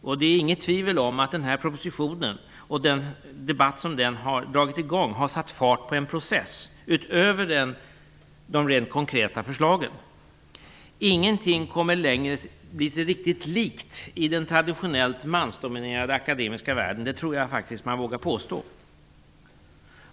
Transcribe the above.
Det råder inget tvivel om att denna proposition och den debatt som den har dragit i gång har satt i gång en process utöver de rent konkreta förslagen. Ingenting kommer längre att vara sig riktigt likt i den traditionellt mansdominerade akademiska världen; det tror jag faktiskt att man vågar påstå.